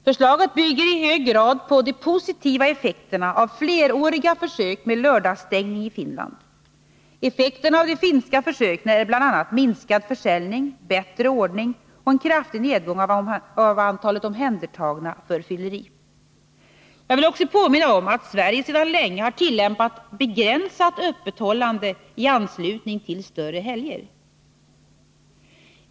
Förslaget bygger i hög grad på de positiva effekterna av fleråriga försök med lördagsstängning i Finland. Effekterna av de finska försöken är bl.a. minskad försäljning, bättre ordning och en kraftig nedgång av antalet omhändertagna för fylleri. Jag vill också påminna om att Sverige sedan länge har tillämpat begränsat öppethållande i anslutning till större helger.